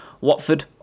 Watford